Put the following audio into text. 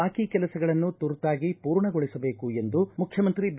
ಬಾಕಿ ಕೆಲಸಗಳನ್ನು ತುರ್ತಾಗಿ ಪೂರ್ಣಗೊಳಿಸಬೇಕು ಎಂದು ಮುಖ್ಠಮಂತ್ರಿ ಬಿ